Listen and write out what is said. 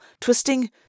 twisting